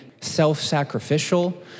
self-sacrificial